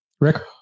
Rick